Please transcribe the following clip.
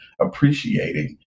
appreciating